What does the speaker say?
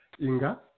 Inga